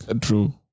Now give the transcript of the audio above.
True